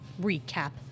recap